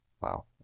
Wow